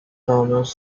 thomas